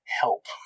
Help